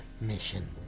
mission